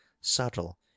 subtle